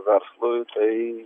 verslui tai